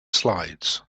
slides